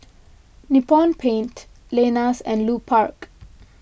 Nippon Paint Lenas and Lupark